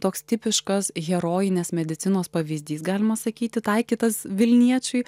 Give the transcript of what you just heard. toks tipiškas herojinės medicinos pavyzdys galima sakyti taikytas vilniečiui